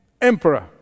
emperor